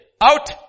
out